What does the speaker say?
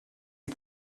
aux